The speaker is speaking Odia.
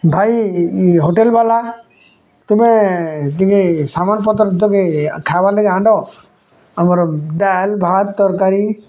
ଭାଇ ଏ ହୋଟେଲ୍ବାଲା ତୁମେ ଟିକେ ସମାନପତର୍ ତକେ ଖାଇବାର୍ ଲାଗି ଆଣିଦବ ଆମର୍ ଡ଼ାଲ୍ ଭାତ ତରକାରି